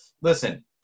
listen